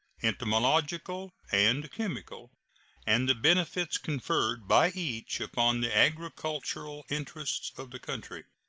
entomological, and chemical and the benefits conferred by each upon the agricultural interests of the country.